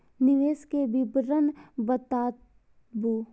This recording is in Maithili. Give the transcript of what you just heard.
निवेश के विवरण बताबू?